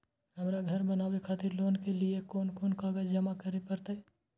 हमरा घर बनावे खातिर लोन के लिए कोन कौन कागज जमा करे परते?